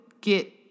get